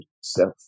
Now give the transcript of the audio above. self